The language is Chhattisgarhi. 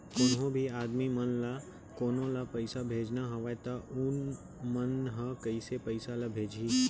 कोन्हों भी आदमी मन ला कोनो ला पइसा भेजना हवय त उ मन ह कइसे पइसा ला भेजही?